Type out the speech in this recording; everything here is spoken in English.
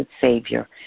Savior